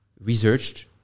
researched